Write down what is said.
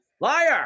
liar